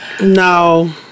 No